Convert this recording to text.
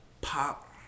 pop